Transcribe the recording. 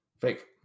Fake